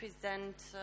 present